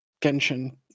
Genshin